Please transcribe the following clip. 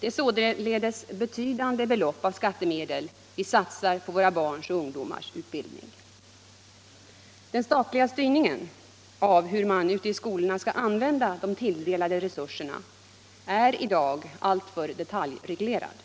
Det är således betydande belopp av skattemedel vi satser på våra barns och ungdomars utbildning. Nr 134 Den statliga styrningen av hur man ute i skolorna skall använda de Fredagen den tilldelade resurserna är i dag alltför detaljerad.